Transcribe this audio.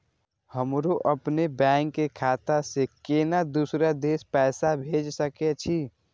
हमरो अपने बैंक खाता से केना दुसरा देश पैसा भेज सके छी?